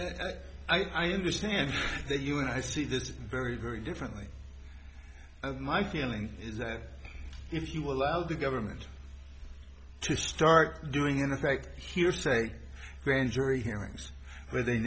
yeah i understand that you and i see this very very differently and my feeling is that if you allow the government to start doing in effect here say grand jury hearings where they